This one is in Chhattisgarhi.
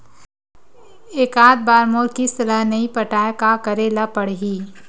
एकात बार मोर किस्त ला नई पटाय का करे ला पड़ही?